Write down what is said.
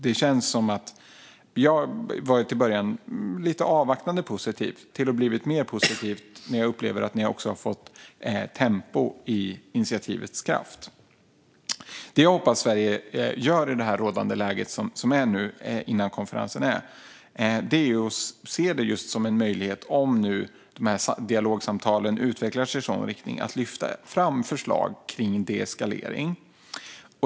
Jag var till att börja med lite avvaktande positiv men har blivit mer positiv när jag upplever att ni också har fått tempo i initiativets kraft. Det som jag hoppas att Sverige gör i det nu rådande läget före konferensen är att se det just som en möjlighet, om dessa dialogsamtal utvecklar sig i en sådan riktning, att lyfta fram förslag kring deeskalering.